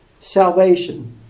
Salvation